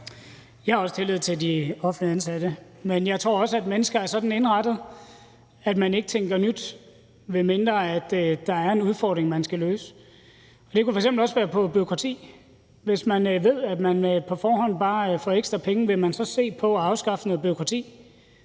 Jeg har også tillid til de offentligt ansatte. Men jeg tror også, at mennesker er sådan indrettet, at de ikke tænker nyt, medmindre der er en udfordring, de skal løse. Det kunne f.eks. også være vedrørende bureaukrati. Hvis man ved, at man på forhånd bare får ekstra penge, vil man så se på at afskaffe noget bureaukrati?